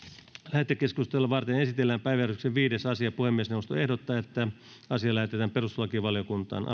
lähetekeskustelua varten esitellään päiväjärjestyksen viides asia puhemiesneuvosto ehdottaa että asia lähetetään perustuslakivaliokuntaan